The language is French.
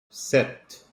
sept